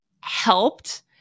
helped